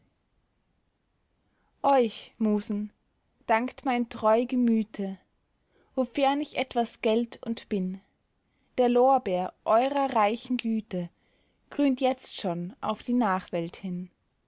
euch musen dankt mein treu gemüte wofern ich etwas gelt und bin der lorbeer eurer reichen güte grünt jetzt schon auf die nachwelt hin